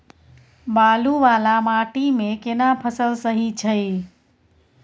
बालू वाला माटी मे केना फसल सही छै?